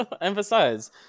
emphasize